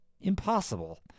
impossible